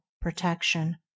protection